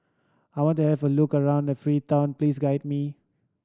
I want to have a look around Freetown please guide me